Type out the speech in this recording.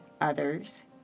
others